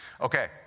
okay